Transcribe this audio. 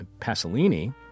Pasolini